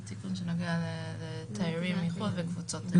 זה תיקון שנוגע לתיירים מחו"ל וקבוצות תיירים.